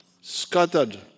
scattered